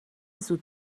زود